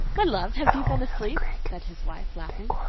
my love, have you been asleep? said his wife, laughing.